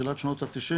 תחילת שנות ה-90',